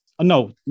No